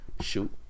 shoot